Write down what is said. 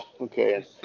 Okay